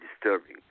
disturbing